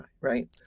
right